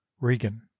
Regan